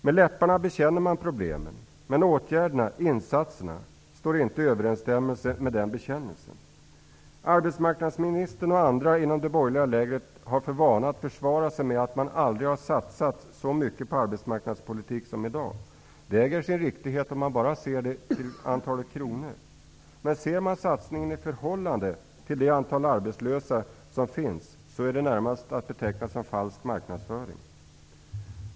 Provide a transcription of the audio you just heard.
Med läpparna bekänner man problemen, men åtgärderna/instanserna står inte i överensstämmelse med den bekännelsen. Arbetsmarknadsministern och andra inom det borgerliga lägret har för vana att försvara sig med att det aldrig någonsin har satsats så mycket på arbetsmarknadspolitik som i dag. Det äger sin riktighet om man bara ser på antalet kronor. Ser man satsningen i förhållande till antalet arbetslösa, är påståendet närmast att beteckna som falsk marknadsföring.